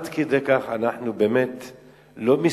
עד כדי כך אנחנו לא מסוגלים,